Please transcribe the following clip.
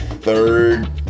third